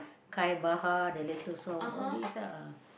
Khai-Bahar the later song all these ah